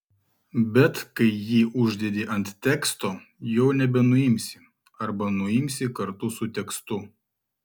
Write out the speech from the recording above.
bet kai jį uždedi ant teksto jau nebenuimsi arba nuimsi kartu su tekstu